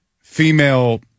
female